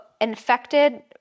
infected